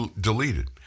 deleted